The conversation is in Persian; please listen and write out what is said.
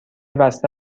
بسته